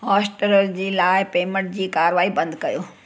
Hotstar जी लाइ payment जी कारवाई बंदि कयो